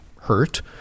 hurt